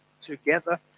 together